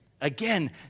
Again